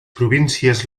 províncies